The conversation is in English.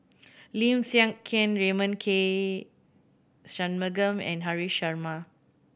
Lim Siang Keat Raymond K Shanmugam and Haresh Sharma